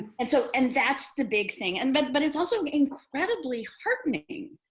and so and that's the big thing. and but but it's also incredibly heartening,